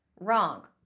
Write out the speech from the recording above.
wrong